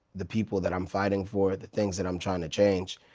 the people that i'm fighting for, the things that i'm trying to change,